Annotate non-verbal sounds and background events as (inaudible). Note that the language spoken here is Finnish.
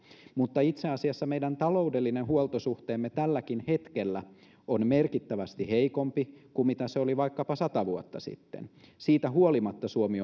mutta itse asiassa meidän taloudellinen huoltosuhteemme tälläkin hetkellä on merkittävästi heikompi kuin mitä se oli vaikkapa sata vuotta sitten siitä huolimatta suomi (unintelligible)